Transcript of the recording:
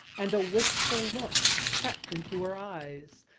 and a wistful look crept into her eyes.